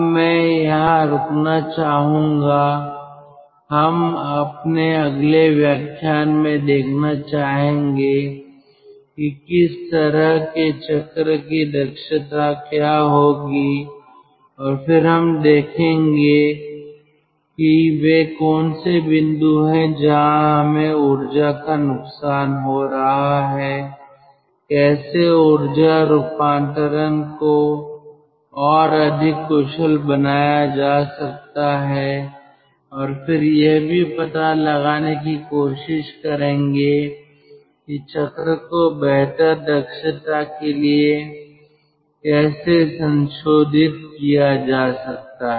अब मैं यहां रुकना चाहूंगा हम अपने अगले व्याख्यान में देखना चाहेंगे कि इस तरह के चक्र की दक्षता क्या होगी और फिर हम देखेंगे कि वे कौन से बिंदु हैं जहां हमें ऊर्जा का नुकसान हो रहा है कैसे ऊर्जा रूपांतरण को और अधिक कुशल बनाया जा सकता है और फिर यह भी पता लगाने की कोशिश करेंगे कि चक्र को बेहतर दक्षता के लिए कैसे संशोधित किया जा सकता है